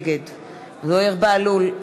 נגד זוהיר בהלול,